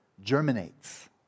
germinates